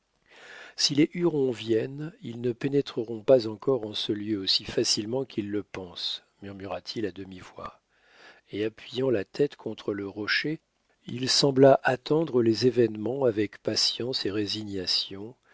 si les hurons viennent ils ne pénétreront pas encore en ce lieu aussi facilement qu'ils le pensent murmura-t-il à demivoix et appuyant la tête contre le rocher il sembla attendre les événements avec patience et résignation